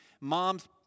mom's